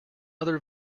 other